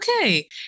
okay